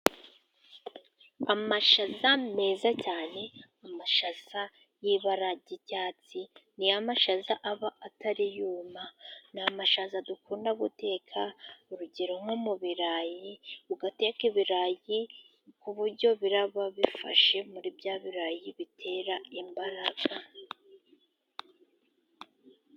Amashaza meza cyane, amashasa y'ibara ry'icyatsi ni ya mashaza aba atari yuma , ni amashaza dukunda guteka urugero nko mu birarayi , mugateka ibirayi ku buryo biraba bifashe muri bya birarayi bitera imbaraga.